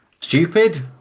Stupid